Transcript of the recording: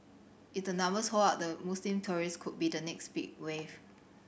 if the numbers hold up the Muslim tourist could be the next big wave